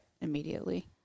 immediately